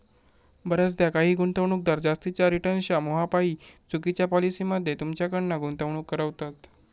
बऱ्याचदा काही गुंतवणूकदार जास्तीच्या रिटर्न्सच्या मोहापायी चुकिच्या पॉलिसी मध्ये तुमच्याकडना गुंतवणूक करवतत